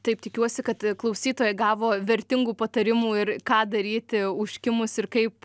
taip tikiuosi kad klausytojai gavo vertingų patarimų ir ką daryti užkimus ir kaip